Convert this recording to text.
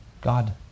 God